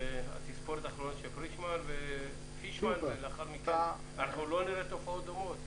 התספורת האחרונה של פישמן ולאחר מכן אנחנו לא נראה תופעות דומות?